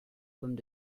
pommes